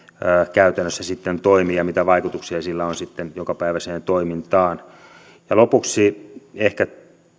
käytännössä sitten toimii ja mitä vaikutuksia sillä on sitten jokapäiväiseen toimintaan lopuksi ehkä